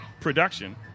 production